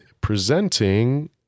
presenting